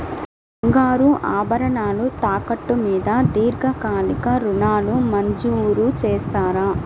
బంగారు ఆభరణాలు తాకట్టు మీద దీర్ఘకాలిక ఋణాలు మంజూరు చేస్తారా?